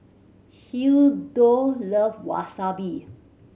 Hildur love Wasabi